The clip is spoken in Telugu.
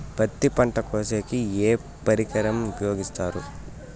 పత్తి పంట కోసేకి ఏ పరికరం ఉపయోగిస్తారు?